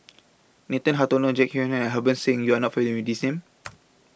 Nathan Hartono Jek Yeun Thong and Harbans Singh YOU Are not familiar with These Names